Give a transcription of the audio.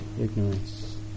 ignorance